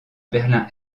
berlin